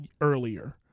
earlier